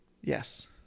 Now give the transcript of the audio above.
Yes